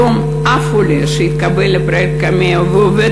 היום אף עולה שהתקבל לפרויקט קמ"ע ועובד